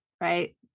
right